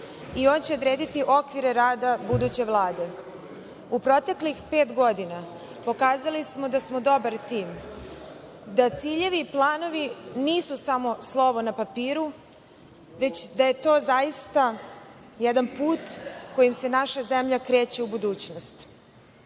i on će odrediti okvire rada buduće Vlade. U proteklih pet godina pokazali smo da smo dobar tim i da ciljevi i planovi nisu samo slovo na papiru, već da je to zaista jedan put kojim se naša zemlja kreće u budućnost.